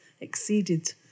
exceeded